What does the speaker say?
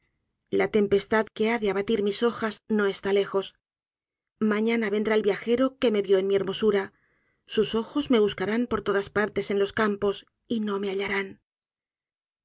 la tempestad que ha de abatir mis hojas no está lejos mañana vendrá el viajero que me vio en mi hermosura sus ojos me buscarán por todas partes en los campos y no me hallarán